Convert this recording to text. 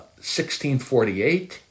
1648